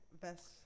best